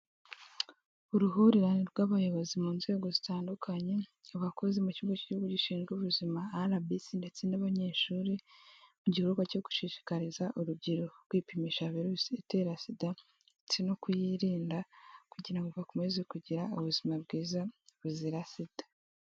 Uruhurirane rw'abayobozi mu nzego zitandukanye, abakozi mu kigo cy'igihugu gishinzwe ubuzima RBC ndetse n'abanyeshuri, mu gikorwa cyo gushishikariza urubyiruko kwipimisha virusi itera SIDA ndetse no kuyirinda, kugira ngo bakomeze kugira ubuzima bwiza buzira SIDA.